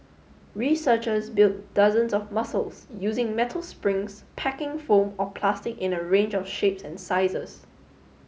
researchers built dozens of muscles using metal springs packing foam or plastic in a range of shapes and sizes